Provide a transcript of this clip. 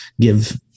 give